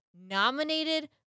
nominated